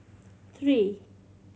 three